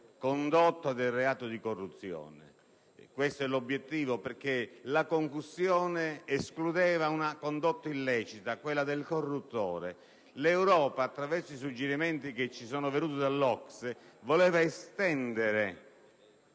condotta del reato di corruzione. Questo è il nostro obiettivo, perché la concussione escludeva una condotta illecita, ossia quella del corruttore. L'Europa, attraverso i suggerimenti che ci sono pervenuti da parte dell'OCSE, voleva estendere